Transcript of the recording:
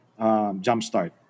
jumpstart